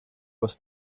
was